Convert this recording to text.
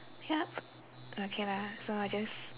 yup okay lah so I just